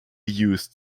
used